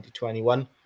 2021